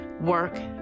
work